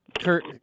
Kurt